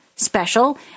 special